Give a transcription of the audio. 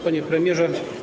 Panie Premierze!